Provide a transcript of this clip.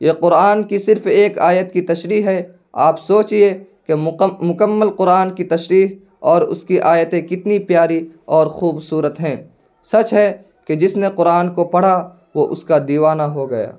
یہ قرآن کی صرف ایک آیت کی تشریح ہے آپ سوچیے کہ مکمل قرآن کی تشریح اور اس کی آیتیں کتنی پیاری اور خوبصورت ہیں سچ ہے کہ جس نے قرآن کو پڑھا وہ اس کا دیوانہ ہو گیا